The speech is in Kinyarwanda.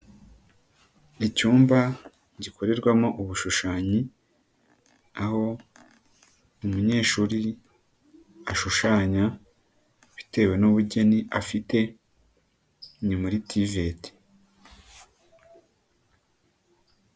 Icyumba gikorerwamo ubushushanyi, aho umunyeshuri ashushanya bitewe n'ubugeni afite, ni muri TVET.